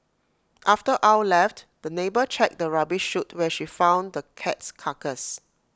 after Ow left the neighbour checked the rubbish chute where she found the cat's carcass